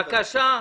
בבקשה.